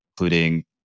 including